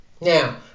Now